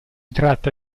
tratta